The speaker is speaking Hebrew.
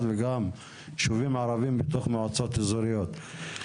וגם ישובים ערבים בתוך מועצות אזוריות.